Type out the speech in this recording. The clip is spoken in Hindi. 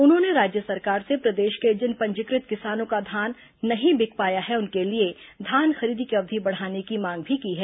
उन्होंने राज्य सरकार से प्रदेश के जिन पंजीकृत किसानों का धान नहीं बिक पाया है उनके लिए धान खरीदी की अवधि बढ़ाने की मांग की है